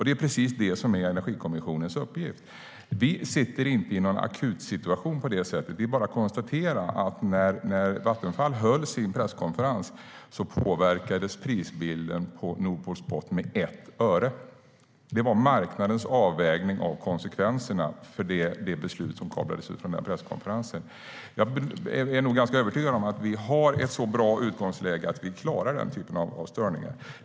Det är precis det som är Energikommissionens uppgift. Vi sitter inte i någon akutsituation, utan vi konstaterar bara att när Vattenfall höll sin presskonferens påverkades prisbilden på Nordpool Spot med 1 öre. Det var marknadens avvägning av konsekvenserna av det beslut som kablades ut från presskonferensen. Jag är övertygad om att vi har ett så bra utgångsläge att vi klarar den typen av störningar.